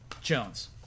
Jones